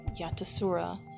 Yatasura